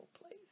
place